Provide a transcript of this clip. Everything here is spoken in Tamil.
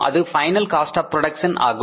அது பைனல் காஸ்ட் ஆப் புரோடக்சன் ஆகும்